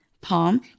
Palm